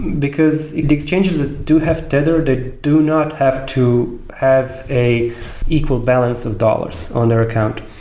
because the exchanges do have tether. they do not have to have a equal balance of dollars on their account.